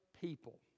people